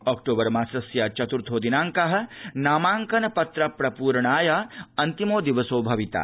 ऑक्टोबर् मासस्य चत्थों दिनाइकः नामाइकपत्रप्रप्रणाय अन्तिमो दिवसो भविता